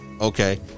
Okay